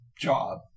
job